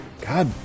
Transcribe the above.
God